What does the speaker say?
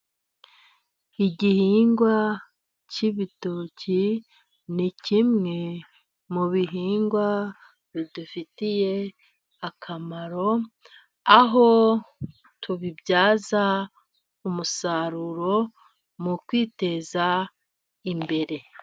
Igihingwa cy'ibitoki, ni kimwe mu bihingwa bidufitiye akamaro, aho tubibyaza umusaruro mu kwiteza imbere.